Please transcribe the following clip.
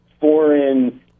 foreign